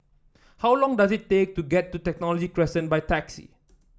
how long does it take to get to Technology Crescent by taxi